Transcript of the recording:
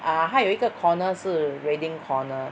ah 它有一个 corner 是 reading corner